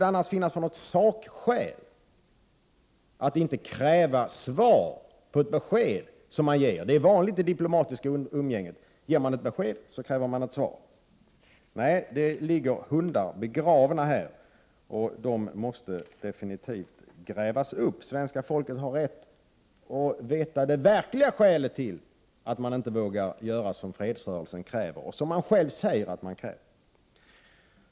Vilka sakskäl finns det annars för att inte kräva svar på en fråga som man ställer? I det diplomatiska umgänget är det ju vanligt att man ger besked och kräver svar. Nej, det ligger hundar begravna här, och de måste definitivt grävas upp. Svenska folket har rätt att få veta det verkliga skälet till att man inte vågar göra som fredsrörelsen kräver och som man själv säger att man kräver.